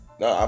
no